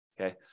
Okay